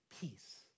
peace